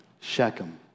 Shechem